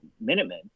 Minutemen